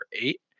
eight